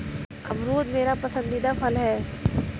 अमरूद मेरा पसंदीदा फल है